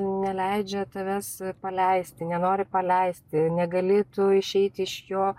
neleidžia tavęs paleisti nenori paleisti negali tu išeit iš jo